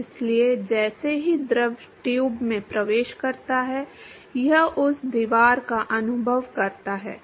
इसलिए जैसे ही द्रव ट्यूब में प्रवेश करता है यह उस दीवार का अनुभव करता है